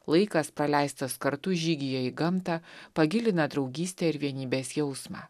laikas praleistas kartu žygyje į gamtą pagilina draugystę ir vienybės jausmą